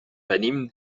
venim